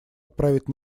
отправить